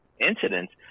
incidents